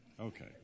Okay